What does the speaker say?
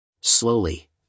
Slowly